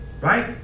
right